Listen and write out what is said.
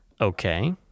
Okay